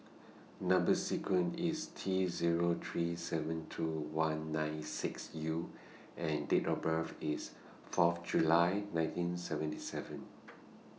Number sequence IS T Zero three seven two one nine six U and Date of birth IS Fourth July nineteen seventy seven